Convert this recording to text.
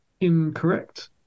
Incorrect